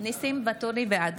בעד